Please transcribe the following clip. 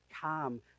calm